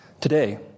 Today